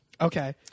Okay